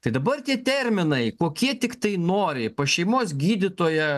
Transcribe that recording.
tai dabar tie terminai kokie tiktai nori pas šeimos gydytoją